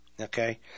okay